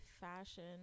fashion